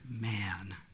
man